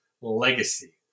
legacy